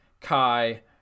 Kai